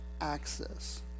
access